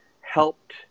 helped